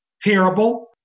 terrible